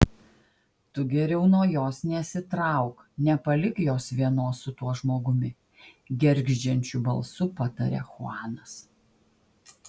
tu geriau nuo jos nesitrauk nepalik jos vienos su tuo žmogumi gergždžiančiu balsu pataria chuanas